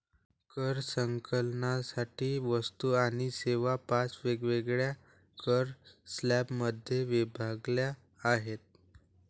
कर संकलनासाठी वस्तू आणि सेवा पाच वेगवेगळ्या कर स्लॅबमध्ये विभागल्या आहेत